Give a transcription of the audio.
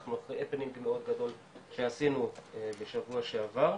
אנחנו אחרי הפנינג מאוד גדול שעשינו בשבוע שעבר,